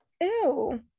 Ew